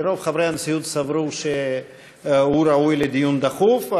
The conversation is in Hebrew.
שרוב חברי הנשיאות סברו שהוא ראוי לדיון דחוף.